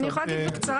אני יכולה לתת בקצרה,